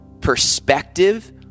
perspective